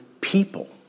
people